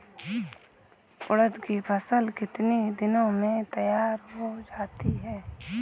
उड़द की फसल कितनी दिनों में तैयार हो जाती है?